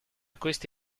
questi